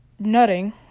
Nutting